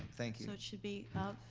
thank you. so, it should be of.